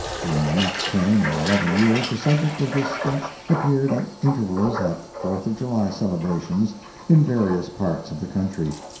during the next ten or eleven years the subject of this sketch appeared at intervals at fourth-of-july celebrations in various parts of the country,